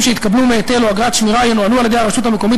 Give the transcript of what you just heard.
שיתקבלו מהיטל או אגרת שמירה ינוהלו על-ידי הרשות המקומית